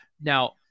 now